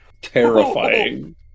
Terrifying